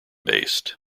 based